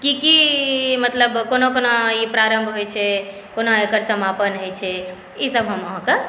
की की मतलब कोना कोना ई प्रारम्भ होइ छै कोना एकर समापन होइ छै ई सभ हम अहाँके